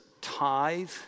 tithe